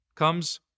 Comes